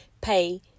pay